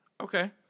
Okay